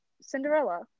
Cinderella